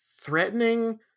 threatening